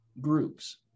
groups